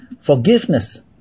Forgiveness